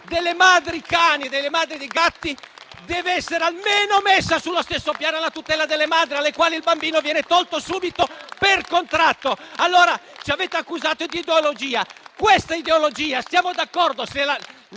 delle madri dei cani e delle madri dei gatti deve essere almeno messa sullo stesso piano della tutela delle madri alle quali il bambino viene tolto subito per contratto. Ci avete accusato di ideologia. Siamo d'accordo, se